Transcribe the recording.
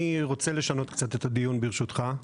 אני רוצה קצת לשנות את הדיון ברשותך,